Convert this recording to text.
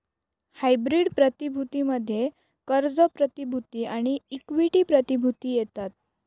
hybrid प्रतिभूती मध्ये कर्ज प्रतिभूती आणि इक्विटी प्रतिभूती येतात